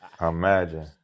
Imagine